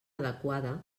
adequada